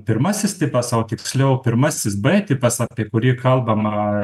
pirmasis tipas o tiksliau pirmasis b tipas apie kurį kalbama